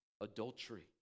adultery